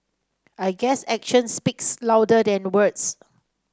I guess action speaks louder than words